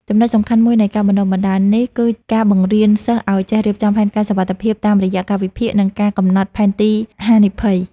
ចំណុចសំខាន់មួយនៃការបណ្ដុះបណ្ដាលនេះ គឺការបង្រៀនសិស្សឱ្យចេះរៀបចំផែនការសុវត្ថិភាពតាមរយៈការវិភាគ និងការកំណត់ផែនទីហានិភ័យ។